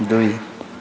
दुई